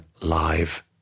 live